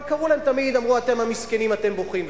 אבל קראו להם תמיד, אמרו: אתם המסכנים, אתם בוכים.